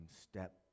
step